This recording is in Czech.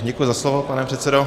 Děkuji za slovo, pane předsedo.